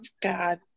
God